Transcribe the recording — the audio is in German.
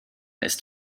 ist